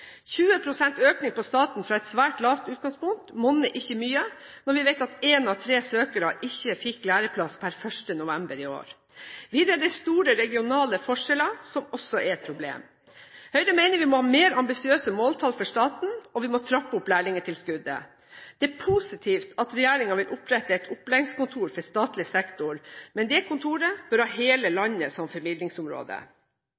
pst. økning for staten fra et svært lavt utgangspunkt monner ikke mye når vi vet at én av tre søkere ikke fikk læreplass per 1. november i år. Videre er det store regionale forskjeller, som også er et problem. Høyre mener vi må ha mer ambisiøse måltall for staten, og vi må trappe opp lærlingtilskuddet. Det er positivt at regjeringen vil opprette et opplæringskontor for statlig sektor, men dette kontoret bør ha hele